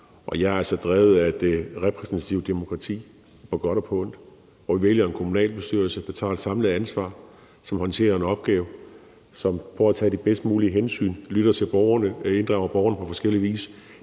Jeg er altså drevet af det repræsentative demokrati på godt og på ondt. At vælge en kommunalbestyrelse, der tager et samlet ansvar, som håndterer en opgave, og som prøver at tage de bedst mulige hensyn, lytter til borgerne og inddrager borgerne på forskellig vis,